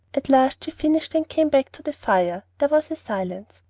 at last she finished and came back to the fire. there was a silence.